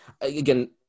again